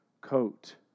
coat